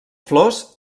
flors